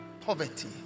poverty